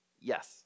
Yes